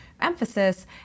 emphasis